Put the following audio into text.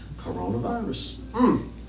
Coronavirus